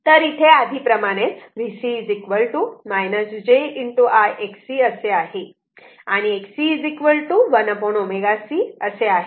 तर इथे आधी प्रमाणेच VC j I Xc असे आहे आणि Xc 1 ω c असे आहे